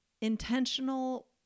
intentional